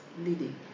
leading